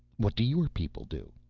what do your people do?